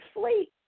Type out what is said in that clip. sleep